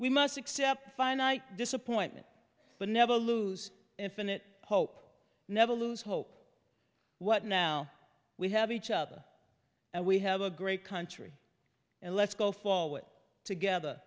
we must accept finite disappointment but never lose infinite hope never lose hope what now we have each other and we have a great country and let's go forward together